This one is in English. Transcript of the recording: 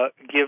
give